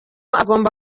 agomba